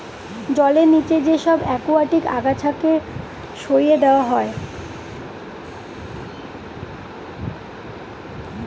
জলের নিচে যে সব একুয়াটিক আগাছাকে সরিয়ে দেওয়া হয়